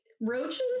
roaches